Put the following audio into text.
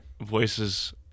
voices